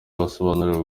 basobanurirwa